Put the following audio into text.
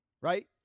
right